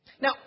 Now